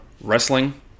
Wrestling